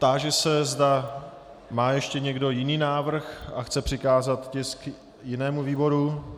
Táži se, zda má ještě někdo jiný návrh a chce přikázat tisk jinému výboru.